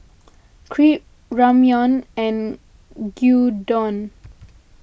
Crepe Ramyeon and Gyudon